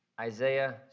Isaiah